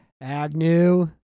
Agnew